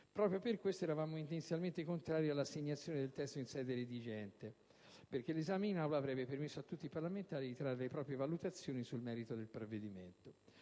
Proprio per questo eravamo inizialmente contrari all'assegnazione del testo in sede redigente, perché l'esame in Aula avrebbe permesso a tutti i parlamentari di trarre le proprie valutazioni sul merito del provvedimento.